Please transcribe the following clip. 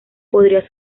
podría